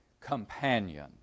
companion